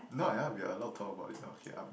we are allowed to talk about it okay um